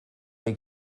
hay